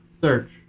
search